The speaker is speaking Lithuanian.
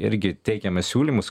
irgi teikiame siūlymus